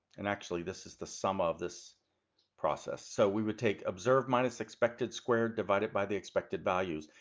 and actually this is the sum of this process. so we would take observed minus expected squared divided by the expected values,